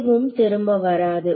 எதுவும் திரும்ப வராது